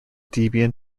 debian